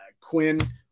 Quinn